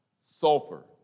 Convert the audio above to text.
sulfur